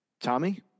Tommy